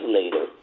later